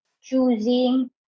choosing